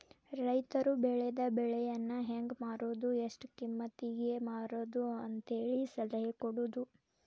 ರೈತರು ಬೆಳೆದ ಬೆಳೆಯನ್ನಾ ಹೆಂಗ ಮಾರುದು ಎಷ್ಟ ಕಿಮ್ಮತಿಗೆ ಮಾರುದು ಅಂತೇಳಿ ಸಲಹೆ ಕೊಡುದು